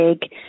big